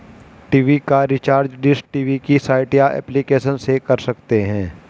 TV का recharge dish TV की site या एप्लीकेशन से कर सकते है